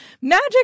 magic